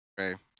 okay